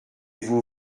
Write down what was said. vous